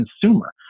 consumer